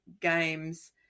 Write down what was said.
games